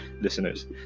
Listeners